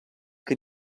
que